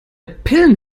pillen